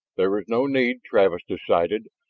there was no need, travis decided,